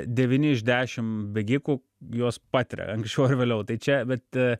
devyni iš dešimt bėgikų juos patiria anksčiau ar vėliau tai čia bet